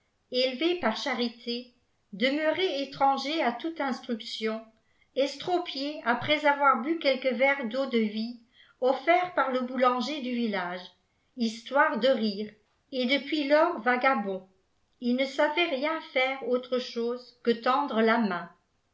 élevé par charité demeuré étranger à toute instruction estropié après avoir bu quelques verres d'eau-de-vie offerts par le boulanger du village histoire de rire et depuis lors vagabond il ne savait rien faire autre chose que tendre la main